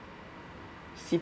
C